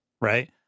right